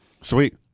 Sweet